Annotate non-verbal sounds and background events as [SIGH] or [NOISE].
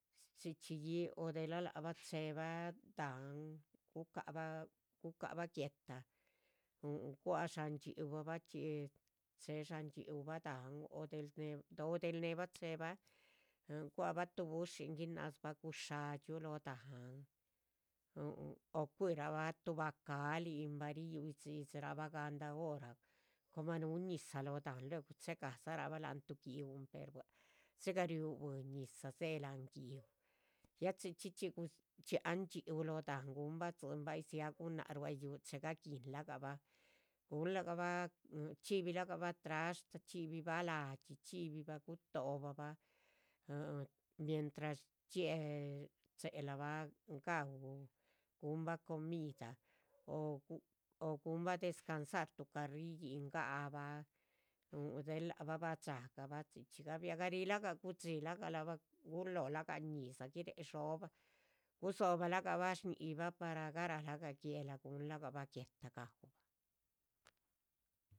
Chxíchxiyi o dhela labah cheba dahán gucaba gucaba guéhta [HESITATION] gua sha'dxhíuba. bachí ch sha'dxhíuba dahán o dhela neehba chebaa guaba tuu bushín ginasbah. guxaadxyuu lóh dahán [HESITATION] o cuirahba tu bacaalín va riyuidxidxi'raba galdah. hora coma núu ñizah lóh dahán luegu chee gasarabah láhan tu guiw pera bua'c. dxiga riu bui ñizah dzee lahan guiw ya chxíchxi dxhian dxhíu lóh dahán gunba tzín. ya dzia gunáhc rua yúhu chega guínlagabah gunlagabah chxíbilagaba trashta chxíbiba. la'dxi gutobabah mientras dxie schelaba ga'uh gunbah comida o gunbah descansar tu cariyin. ga'baah dhel labah badxagaba chxíchxi gabiagarilaga gu'dxilaga abah gunlóhlaga. ñizaa giréh dhxóbah gusobalagaba sh ñi'yicba par garalaga guéhla gunlagaba guéhta. ga'ubah